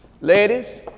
Ladies